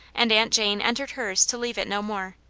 and aunt jane entered hers to leave it no more.